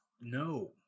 no